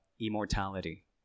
immortality